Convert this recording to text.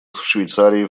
швейцарии